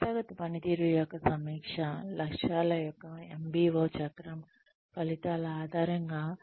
సంస్థాగత పనితీరు యొక్క సమీక్ష లక్ష్యాల యొక్క MBO చక్రం ఫలితాల ఆధారంగా